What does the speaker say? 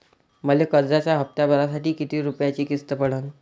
मले कर्जाचा हप्ता भरासाठी किती रूपयाची किस्त पडन?